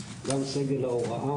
גם סגל ההוראה,